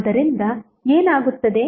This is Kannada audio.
ಆದ್ದರಿಂದ ಏನಾಗುತ್ತದೆ